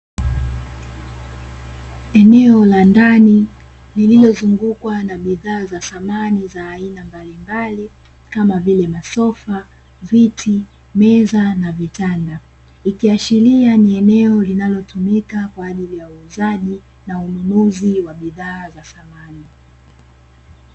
Eneo la ndani lililozungukwa na bidhaa za samani za aina mbalimbali kama vile: masofa, viti, meza na vitanda. Ikiashiria kuwa ni eneo linalotumika kwa ajili ya uuzaji na ununuzi wa bidhaa za samani.